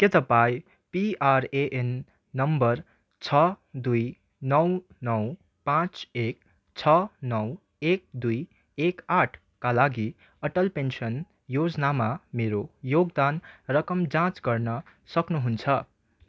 के तपाईँ PRAN number छ दुई नौ नौ पाँच एक छ नौ एक दुई एक आठका लागि अटल पेन्सन योजनामा मेरो योगदान रकम जाँच गर्न सक्नुहुन्छ